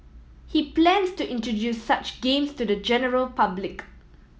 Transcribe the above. he plans to introduce such games to the general public